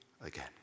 again